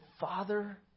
Father